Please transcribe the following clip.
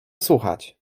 słuchać